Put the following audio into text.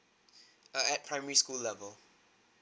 err at primary school level